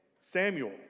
Samuel